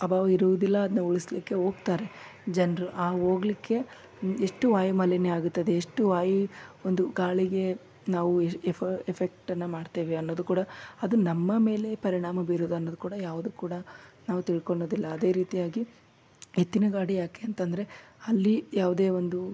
ಅಭಾವ ಇರುವುದಿಲ್ಲ ಅದನ್ನ ಉಳಿಸ್ಲಿಕ್ಕೆ ಹೋಗ್ತಾರೆ ಜನರು ಆ ಹೋಗ್ಲಿಕ್ಕೆ ಎಷ್ಟು ವಾಯುಮಾಲಿನ್ಯ ಆಗುತ್ತದೆ ಎಷ್ಟು ವಾಯು ಒಂದು ಗಾಳಿಗೆ ನಾವು ಎಫೆಕ್ಟನ್ನು ಮಾಡ್ತೇವೆ ಅನ್ನೋದು ಕೂಡ ಅದು ನಮ್ಮ ಮೇಲೆ ಪರಿಣಾಮ ಬೀರುವುದನ್ನು ಕೂಡ ಯಾವುದು ಕೂಡ ನಾವು ತಿಳ್ಕೊಳ್ಳೋದಿಲ್ಲ ಅದೇ ರೀತಿಯಾಗಿ ಎತ್ತಿನ ಗಾಡಿ ಯಾಕೆ ಅಂತಂದರೆ ಅಲ್ಲಿ ಯಾವುದೇ ಒಂದು